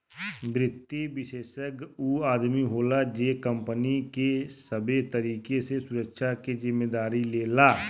वित्तीय विषेशज्ञ ऊ आदमी होला जे कंपनी के सबे तरीके से सुरक्षा के जिम्मेदारी लेला